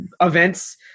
events